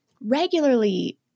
regularly